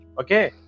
Okay